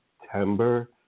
September